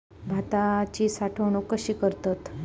भाताची साठवूनक कशी करतत?